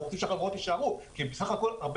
אנחנו רוצים שהחברות יישארו כי בסך הכל הרבה